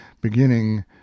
beginning